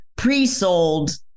pre-sold